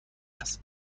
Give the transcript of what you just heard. است